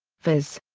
phys.